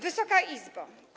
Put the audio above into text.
Wysoka Izbo!